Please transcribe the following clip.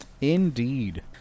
Indeed